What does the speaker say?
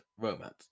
romance